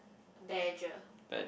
badger